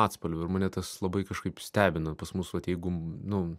atspalviu mane tas labai kažkaip stebina pas mus vat jeigu nu